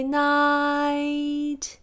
night